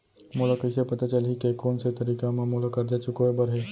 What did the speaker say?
मोला कइसे पता चलही के कोन से तारीक म मोला करजा चुकोय बर हे?